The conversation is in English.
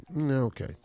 Okay